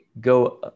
go